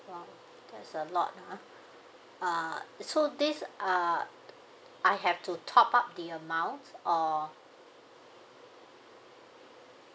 !wow! that's a lot ah so these uh I have to top up the amount or